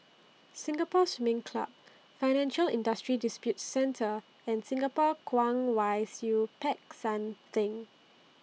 Singapore Swimming Club Financial Industry Disputes Center and Singapore Kwong Wai Siew Peck San Theng